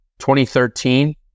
2013